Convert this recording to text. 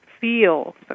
feel